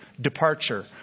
departure